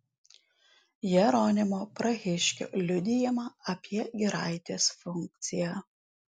jeronimo prahiškio liudijimą apie giraitės funkciją